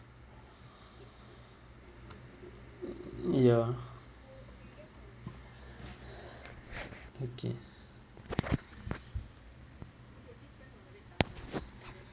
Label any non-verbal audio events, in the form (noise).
(breath) mm ya (breath) okay